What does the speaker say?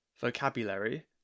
vocabulary